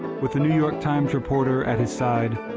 with the new york times reporter at his side,